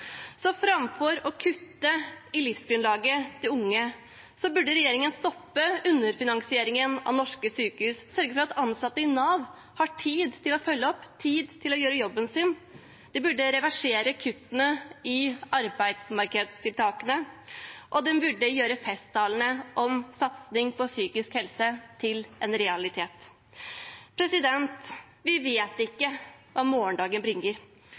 Så framfor å kutte i livsgrunnlaget til unge burde regjeringen stoppe underfinansieringen av norske sykehus og sørge for at ansatte i Nav har tid til å følge opp, tid til å gjøre jobben sin. De burde reversere kuttene i arbeidsmarkedstiltakene, og de burde gjøre festtalene om satsing på psykisk helse til en realitet. Vi vet ikke hva morgendagen bringer,